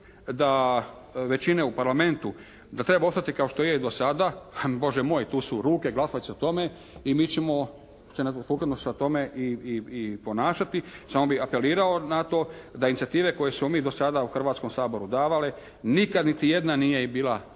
da većine u Parlamentu da treba ostati kao što je i do sada, Bože moj, tu su ruke, glasovat će se o tome i mi ćemo se sukladno sa tome i ponašati. Samo bi apelirao na to da inicijative koje smo mi dosada u Hrvatskom saboru davali, nikad niti jedna nije bila